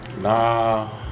Nah